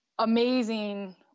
amazing